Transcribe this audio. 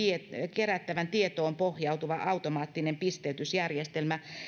kerättävään tietoon pohjautuva automaattinen pisteytysjärjestelmä